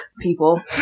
people